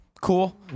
cool